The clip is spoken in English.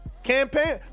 Campaign